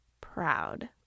proud